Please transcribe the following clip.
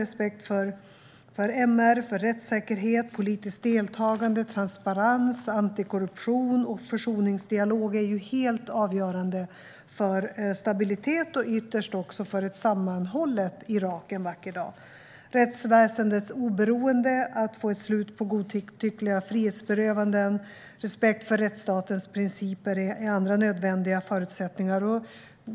Respekten för MR, rättssäkerhet, politiskt deltagande, transparens, antikorruption och försoningsdialog är helt avgörande för stabilitet och ytterst för ett sammanhållet Irak en vacker dag. Rättsväsendets oberoende, att få slut på godtyckliga frihetsberövanden samt respekt för rättsstatens principer är andra nödvändiga förutsättningar.